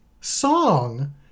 song